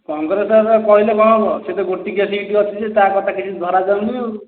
ପନ୍ଦରଥର କହିଲେ କ'ଣ ହବ ସେ ତ ଗୋଟିକିଆ ସିଟ୍ ଅଛି ଯେ ତା' କଥା କିଛି ଧରା ଯାଉନି ଆଉ